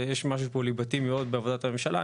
יש משהו פה ליבתי מאוד בעבודת הממשלה.